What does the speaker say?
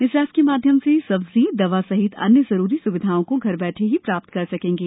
इस ऐप के माध्यम से सब्जी दवा सहित अन्य जरूरी सुविधाओं को घर बैठे ही प्राप्त कर सकेंगे